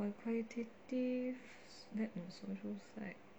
for qualitative that was social side